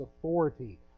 authority